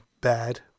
bad